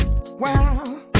Wow